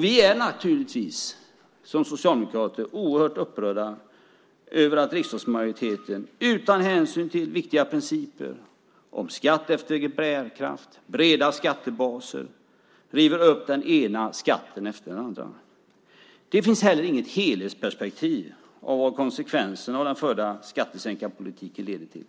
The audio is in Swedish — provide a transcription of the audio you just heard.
Vi är naturligtvis som socialdemokrater oerhört upprörda över att riksdagsmajoriteten utan hänsyn till viktiga principer om skatt efter bärkraft och breda skattebaser river upp den ena skatten efter den andra. Det finns heller inget helhetsperspektiv på konsekvenserna av den förda skattesänkarpolitiken. Man kan